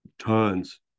tons